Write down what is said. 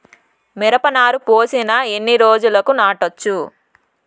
మిరప నారు పోసిన ఎన్ని రోజులకు నాటచ్చు?